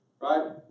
right